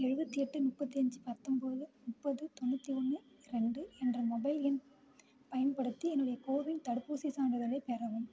எழுபத்தி எட்டு முப்பத்தி அஞ்சு பத்தொம்பது முப்பது தொண்ணூற்றி ஒன்று ரெண்டு என்ற மொபைல் எண் பயன்படுத்தி என்னுடைய கோவின் தடுப்பூசிச் சான்றிதழைப் பெறவும்